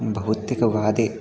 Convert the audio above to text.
भौतिकवादे